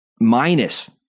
minus